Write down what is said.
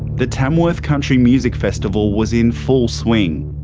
the tamworth country music festival was in full swing.